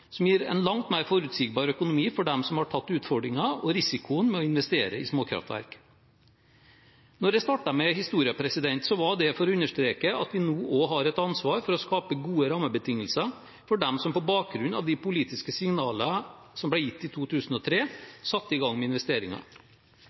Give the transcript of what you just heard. som gir en langt mer forutsigbar økonomi for dem som har tatt utfordringen og risikoen med å investere i småkraftverk. Når jeg startet med historien, var det for å understreke at vi nå også har et ansvar for å skape gode rammebetingelser for dem som på bakgrunn av de politiske signalene som ble gitt i 2003, satte i gang med investeringer.